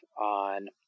on